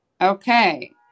okay